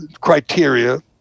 Criteria